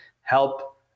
help